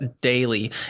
daily